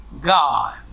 God